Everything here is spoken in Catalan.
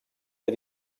del